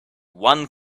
one